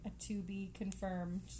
to-be-confirmed